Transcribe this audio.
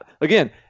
again